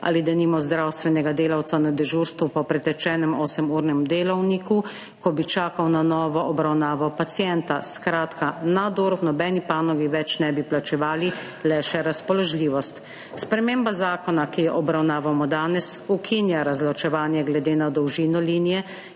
Ali denimo zdravstvenega delavca na dežurstvu po pretečenem osemurnem delovniku, ko bi čakal na novo obravnavo pacienta. Skratka, nadur v nobeni panogi ne bi več plačevali, le še razpoložljivost. Sprememba zakona, ki jo obravnavamo danes, ukinja razločevanje glede na dolžino linije